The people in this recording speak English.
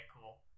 cool